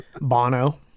bono